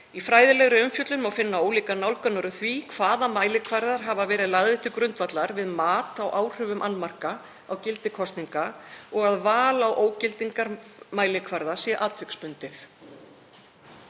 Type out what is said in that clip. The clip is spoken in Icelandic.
Í fræðilegri umfjöllun má finna ólíkar nálganir á það hvaða mælikvarðar hafa verið lagðir til grundvallar við mat á áhrifum annmarka á gildi kosninga og að val á ógildingarmælikvarða sé atviksbundið.